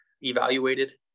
evaluated